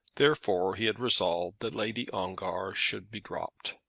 therefore, he had resolved that lady ongar should be dropped.